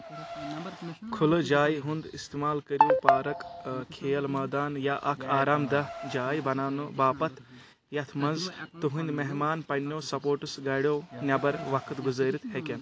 كھُلہٕ جایہِ ہُند اِستعمال كرِیو پارک كھیل مٲدان یا اكھ آرام دہ جاے بناونہٕ باپتھ یتھ منز تُہندِ محمان پننِیو سپورٹس گاڈیو نیبر وقت گُزٲرِتھ ہیكن